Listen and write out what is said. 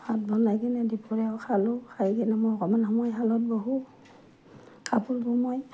ভাত বনাই কিনে দুপৰীয়াও খালোঁ খাই কিনে মই অকণমান সময় শালত বহোঁ কাপোৰ বোওঁ মই